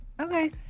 Okay